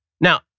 Now